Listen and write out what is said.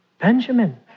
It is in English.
Benjamin